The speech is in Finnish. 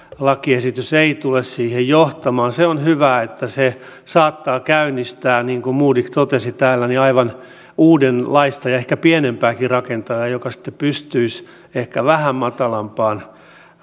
lakiesitys ei tule siihen johtamaan se on hyvä että se saattaa käynnistää niin kuin modig totesi täällä aivan uudenlaista ja ehkä pienempääkin rakentajaa joka sitten pystyisi ehkä vähän matalampiin